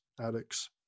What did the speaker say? addicts